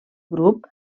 grup